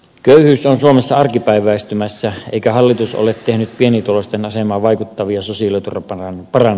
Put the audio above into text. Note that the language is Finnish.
köyhyys on suomessa arkipäiväistymässä eikä hallitus ole tehnyt pienituloisten asemaan vaikuttavia sosiaaliturvaparannuksia